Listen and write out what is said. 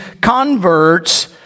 converts